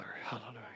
Hallelujah